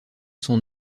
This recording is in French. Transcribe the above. son